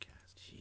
cast